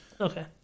Okay